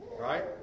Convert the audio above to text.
Right